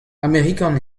amerikan